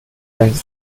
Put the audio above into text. time